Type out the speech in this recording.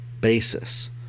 basis